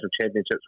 championships